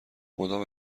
مدام